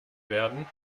werden